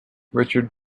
richard